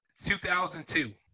2002